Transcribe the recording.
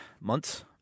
months